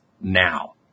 now